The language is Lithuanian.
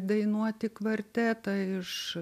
dainuoti kvartetą iš